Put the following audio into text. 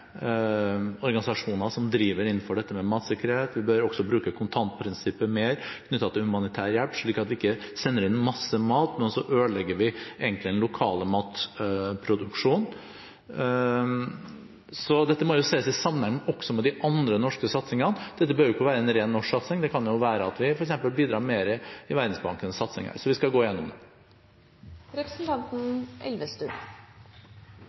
organisasjoner som driver innenfor dette med matsikkerhet. Vi bør også bruke kontantprinsippet mer knyttet til humanitær hjelp, slik at vi ikke sender inn masse mat, men så ødelegger vi egentlig den lokale matproduksjonen. Dette må ses i sammenheng også med de andre norske satsingene. Det behøver ikke å være en ren norsk satsning, det kan jo være at vi f.eks. bidrar mer i Verdensbankens satsing her. Så vi skal gå